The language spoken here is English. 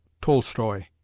Tolstoy